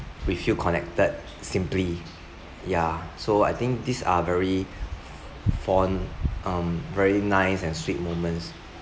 we feel connected simply ya so I think these are very fond um very nice and sweet moments